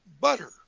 butter